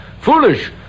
Foolish